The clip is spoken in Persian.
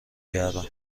گردم